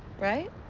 right?